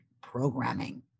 programming